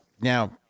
now